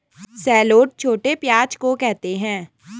shallot छोटे प्याज़ को कहते है